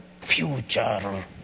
future